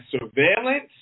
surveillance